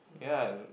ya